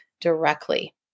directly